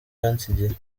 yansigiye